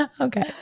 Okay